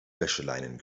wäscheleinen